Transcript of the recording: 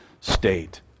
state